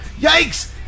yikes